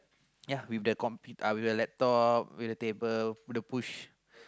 ya with the compete uh with the laptop with the table the push